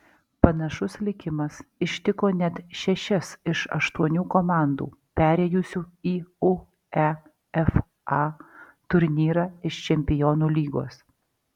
panašus likimas ištiko net šešias iš aštuonių komandų perėjusių į uefa turnyrą iš čempionų lygos